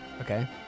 Okay